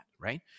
right